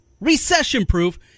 recession-proof